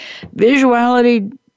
Visuality